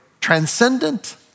transcendent